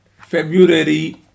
february